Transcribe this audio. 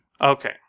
Okay